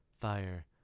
fire